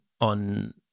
on